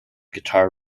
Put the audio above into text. guitar